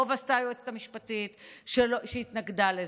טוב עשתה היועצת המשפטית שהתנגדה לזה.